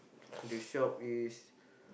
the shop is